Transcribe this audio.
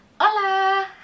hola